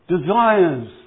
desires